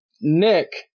Nick